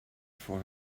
for